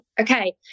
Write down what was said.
Okay